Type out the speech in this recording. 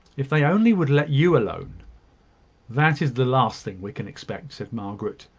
if they only would let you alone that is the last thing we can expect, said margaret.